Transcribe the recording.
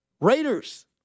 Raiders